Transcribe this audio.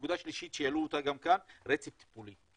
שלישית, רצף טיפולי.